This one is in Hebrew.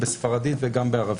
בספרדית וגם בערבית.